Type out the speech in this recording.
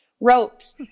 ropes